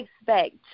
expect